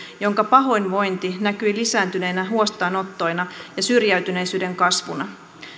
jonka pahoinvointi näkyi lisääntyneinä huostaanottoina ja syrjäytyneisyyden kasvuna